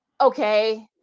Okay